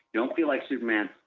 don't feel like superman.